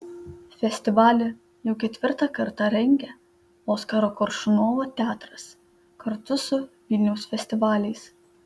festivalį jau ketvirtą kartą rengia oskaro koršunovo teatras kartu su vilniaus festivaliais